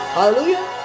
Hallelujah